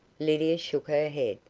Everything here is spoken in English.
lydia shook her head.